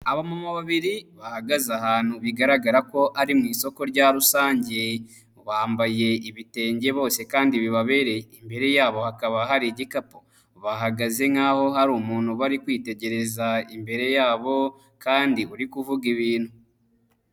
Abamama babiri bahagaze ahantu bigaragara ko ari mu isoko rya rusange bambaye ibitenge bose kandi bibaberey,e imbere yabo hakaba hari igikapu, bahagaze nk'aho hari umuntu bari kwitegereza imbere yabo kandi uri kuvuga ibintu.